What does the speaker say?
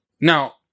now